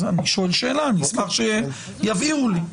אני שואל שאלה, אני אשמח שיבהירו לי.